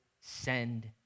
send